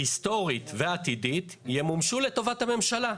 היסטורית ועתידית ימומשו לטובת הממשלה.